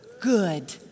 Good